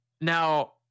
now